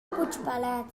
puigpelat